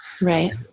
right